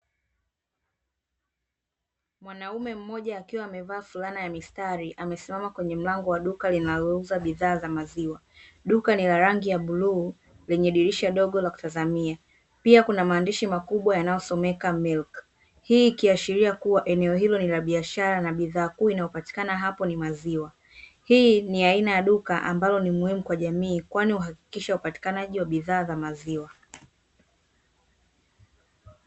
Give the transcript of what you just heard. Mwanamme mmoja akiwa amevaa fulana ya mistari amesimama kwenye mlango wa duka la bidhaa za maziwa, duka lina rangi ya bluu lenye dirisha dogo la kutazamia pia kuna maandishi makubwa yanayosomeka milk. Hii ikiashiria kuwa eneo hili la kibiashara bidhaa kuu inayopatikana hapo ni maziwa, hii ni aina ya duka ambalo ni muhimu kwa jamii kwani uhakikisha upatikanaji wa bidhaa za maziwa,